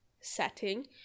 setting